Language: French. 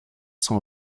sont